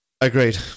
Agreed